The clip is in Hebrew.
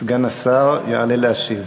סגן השר יעלה להשיב.